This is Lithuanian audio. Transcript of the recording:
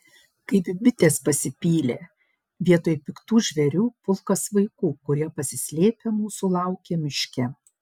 kaip bitės pasipylė vietoj piktų žvėrių pulkas vaikų kurie pasislėpę mūsų laukė miške